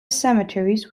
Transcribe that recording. cemeteries